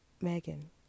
megan